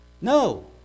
No